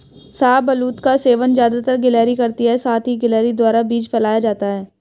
शाहबलूत का सेवन ज़्यादातर गिलहरी करती है साथ ही गिलहरी द्वारा बीज फैलाया जाता है